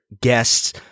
guests